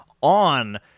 on